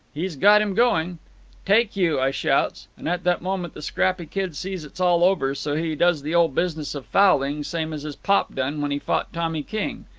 he's got him going take you i shouts and at that moment the scrappy kid sees it's all over, so he does the old business of fouling, same as his pop done when he fought tommy king.